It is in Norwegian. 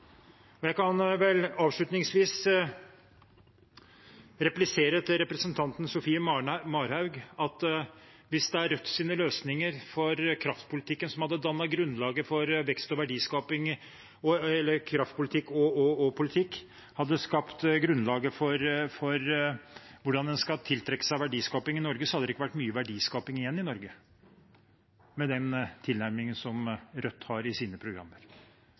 Jeg kan vel avslutningsvis replisere til representanten Sofie Marhaug at hvis Rødts løsninger for kraftpolitikken hadde dannet grunnlaget for vekst og verdiskaping, eller hvis Røds politikk hadde skapt grunnlaget for hvordan en skal tiltrekke seg verdiskaping i Norge, hadde det ikke vært mye verdiskaping igjen i Norge, med den tilnærmingen som Rødt har i sine programmer.